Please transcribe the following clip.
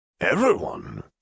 Everyone